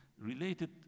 related